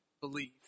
believe